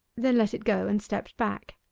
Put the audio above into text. then let it go and stepped back.